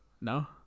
No